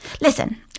Listen